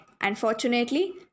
unfortunately